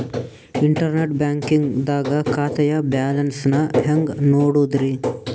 Internet banking ದಾಗ ಖಾತೆಯ balance ನ ಹೆಂಗ್ ನೋಡುದ್ರಿ?